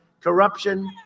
Corruption